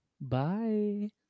Bye